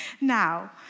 Now